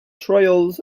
trials